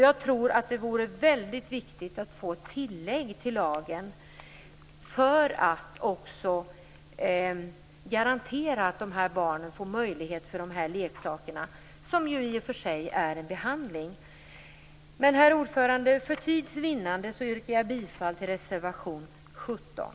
Jag tror att det vore väldigt viktigt att få ett tillägg till lagen för att också garantera att de här barnen får tillgång till de här leksakerna, som ju i och för sig är en behandling. För tids vinnande yrkar jag bifall enbart till reservation 17.